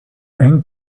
eng